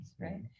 right